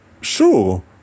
sure